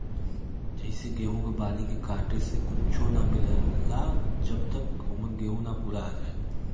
जइसे गेहूं क बाली के काटे से कुच्च्छो ना मिलला जब तक औमन गेंहू ना पूरा आ जाए